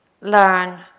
learn